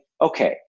okay